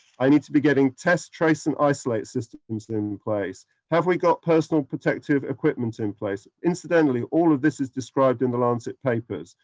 i need to be getting test, trace, and isolate systems in place. have we got personal protective equipment in place? incidentally, all of this is described in the lancet papers,